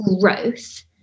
growth